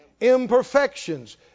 imperfections